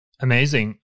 Amazing